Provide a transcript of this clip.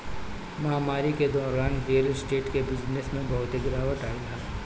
महामारी के दौरान रियल स्टेट के बिजनेस में बहुते गिरावट आइल हवे